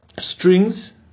strings